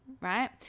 right